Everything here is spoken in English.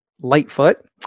Lightfoot